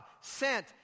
sent